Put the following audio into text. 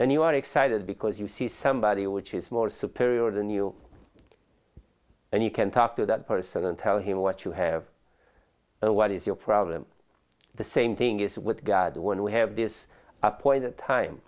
and you are excited because you see somebody which is more superior than you and you can talk to that person and tell him what you have or what is your problem the same thing is with god when we have this appointed time